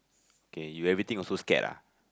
okay you everything also scared ah